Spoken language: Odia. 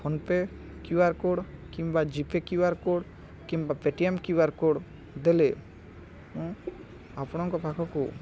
ଫୋନ୍ପେ କ୍ୟୁଆର୍ କୋଡ଼୍ କିମ୍ବା ଜି ପେ କ୍ୟୁଆର୍ କୋଡ଼୍ କିମ୍ବା ପେଟିଏମ୍ କ୍ୟୁଆର୍ କୋଡ଼୍ ଦେଲେ ମୁଁ ଆପଣଙ୍କ ପାଖକୁ